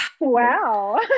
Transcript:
wow